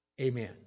Amen